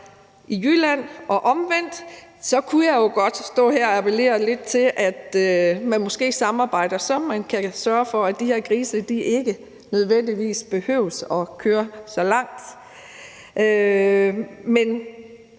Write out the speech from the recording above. slagteri, så kunne jeg jo godt appellere lidt til, at man måske samarbejder, så man kan sørge for, at de her grise ikke nødvendigvis behøver at blive